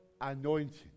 anointing